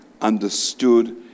understood